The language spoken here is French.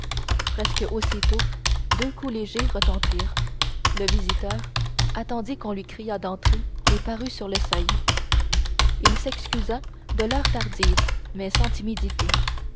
presque aussitôt deux coups légers retentirent le visiteur attendit qu'on lui criât d'entrer et parut sur le seuil il s'excusa de l'heure tardive mais sans timidité